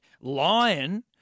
Lion